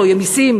לא יהיו מסים,